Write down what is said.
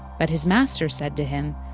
but his master said to him,